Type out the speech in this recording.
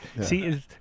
See